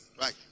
right